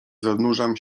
zanurzam